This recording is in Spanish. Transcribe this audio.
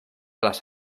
las